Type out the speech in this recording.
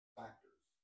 factors